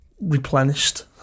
replenished